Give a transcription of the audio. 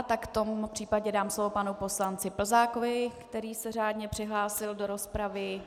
Tak v tom případě dám slovo panu poslanci Plzákovi, který se řádně přihlásil do rozpravy.